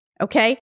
Okay